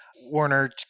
Warner